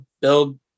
build